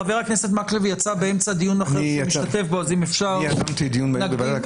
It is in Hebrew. חבר הכנסת מקלב יצא באמצע דיון אז אם אפשר לתת לו...